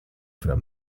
fra